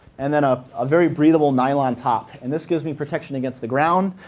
and then a ah very breathable nylon top. and this gives me protection against the ground.